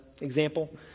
example